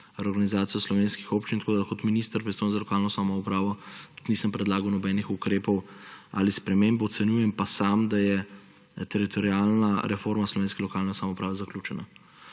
reorganizacijo slovenskih občin, tako da kot minister, pristojen za lokalno samoupravo, tudi nisem predlagal nobenih ukrepov ali sprememb. Ocenjujem pa sam, da je teritorialna reforma slovenske lokalne samouprave zaključena.